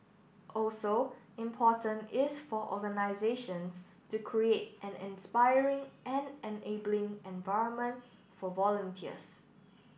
also important is for organisations to create an inspiring and enabling environment for volunteers